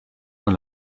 con